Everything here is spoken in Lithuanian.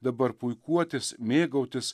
dabar puikuotis mėgautis